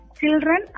children